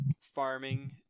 farming